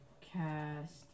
cast